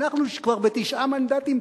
אנחנו כבר בתשעה מנדטים,